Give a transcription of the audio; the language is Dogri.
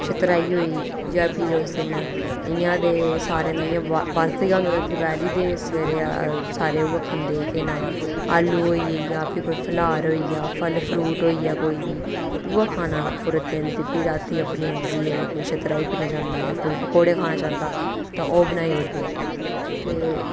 शरदाई होई गेई जां फ्ही उस दिन इ'यां ते सारे ते बर्त गै रक्खे दा उस दिन सवेरै सारे उ'ऐ खंदे आलू होई ए जां फ्ही कोई फल्रहार होई आ फल फरूट होई आ कोई बी उ'ऐ खाना पूरै दिन ते प्ही रातीं अपनी मर्जी ऐ कोई शरदाई पीना चाह्ंदा ऐ कोई पकौड़े खाना चांह्दा तां ओह् बनाई ओड़दे ते